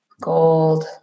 gold